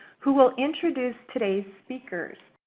who will introduce today's speaker.